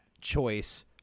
choice